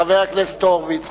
חבר הכנסת הורוביץ,